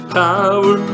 power